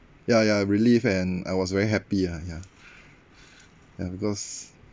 ya ya relief and I was very happy ah ya ya because